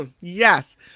Yes